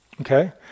Okay